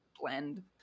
blend